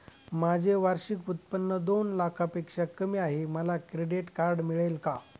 माझे वार्षिक उत्त्पन्न दोन लाखांपेक्षा कमी आहे, मला क्रेडिट कार्ड मिळेल का?